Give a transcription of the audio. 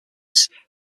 states